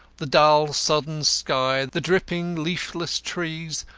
the dull, sodden sky, the dripping, leafless trees,